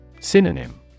Synonym